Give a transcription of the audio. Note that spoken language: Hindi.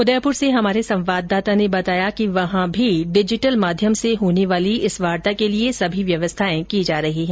उदयपुर से हमारे संवाददाता ने बताया कि वहां भी डिजिटल माध्यम से होने वाली इस वार्ता के लिए सभी व्यवस्थाएं की जा रही हैं